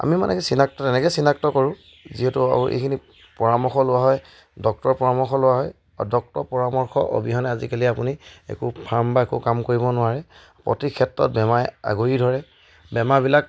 আমি মানে কি চিনাক্ত তেনেকৈ চিনাক্ত কৰোঁ যিহেতু আৰু এইখিনি পৰামৰ্শ লোৱা হয় ডক্তৰৰ পৰামৰ্শ লোৱা হয় আৰু ডক্তৰ পৰামৰ্শ অবিহনে আজিকালি আপুনি একো ফাৰ্ম বা একো কাম কৰিব নোৱাৰে প্ৰতি ক্ষেত্ৰত বেমাৰে আগুৰি ধৰে বেমাৰবিলাক